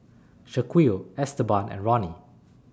Shaquille Esteban and Ronny